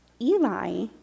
Eli